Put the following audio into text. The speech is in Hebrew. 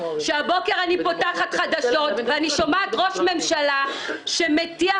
שהבוקר אני פותחת חדשות ואני שומעת ראש ממשלה שמטיח